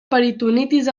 peritonitis